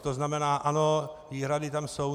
To znamená ano, výhrady tam jsou.